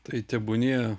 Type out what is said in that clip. tai tebūnie